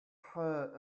her